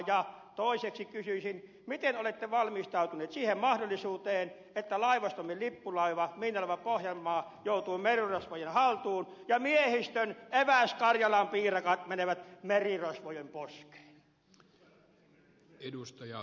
ja toiseksi kysyisin miten olette valmistautuneet siihen mahdollisuuteen että laivastomme lippulaiva miinalaiva pohjanmaa joutuu merirosvojen haltuun ja miehistön eväskarjalanpiirakat menevät merirosvojen poskeen